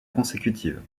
consécutive